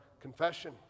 confession